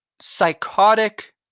psychotic